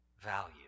value